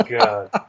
God